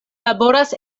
laboras